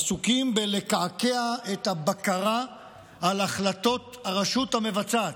עסוקים בלקעקע את הבקרה על החלטות הרשות המבצעת.